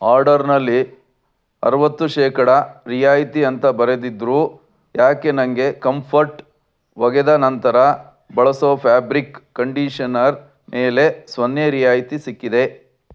ಆರ್ಡರ್ನಲ್ಲಿ ಅರುವತ್ತು ಶೇಕಡ ರಿಯಾಯಿತಿ ಅಂತ ಬರೆದಿದ್ದರೂ ಯಾಕೆ ನಾನಗೆ ಕಂಫರ್ಟ್ ಒಗೆದ ನಂತರ ಬಳಸೋ ಫ಼್ಯಾಬ್ರಿಕ್ ಕಂಡೀಷನರ್ ಮೇಲೆ ಸೊನ್ನೆ ರಿಯಾಯಿತಿ ಸಿಕ್ಕಿದೆ